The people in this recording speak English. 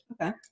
Okay